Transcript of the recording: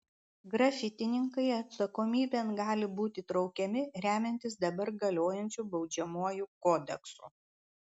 grafitininkai atsakomybėn gali būti traukiami remiantis dabar galiojančiu baudžiamuoju kodeksu